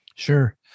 Sure